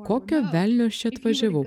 kokio velnio aš čia atvažiavau